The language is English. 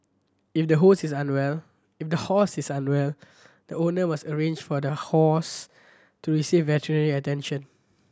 if the hose is unwell if the horse is unwell the owner must arrange for the horse to receive veterinary attention